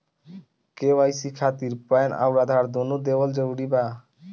KYC खातिर PAN आउर आधार दुनों देवल जरूरी बा?